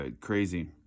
crazy